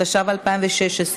התשע"ו 2016,